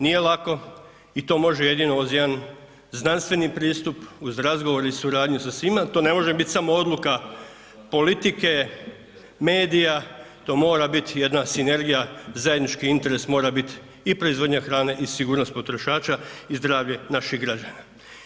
Nije lako i to može jedino uz jedan znanstveni pristup, uz razgovor i suradnju sa svima, to ne može bit samo odluka politike, medija, to mora biti jedna sinergija, zajednički interes mora bit i proizvodnja hrane i sigurnost potrošača i zdravlje naših građana.